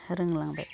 रोंलांबाय